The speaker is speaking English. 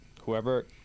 whoever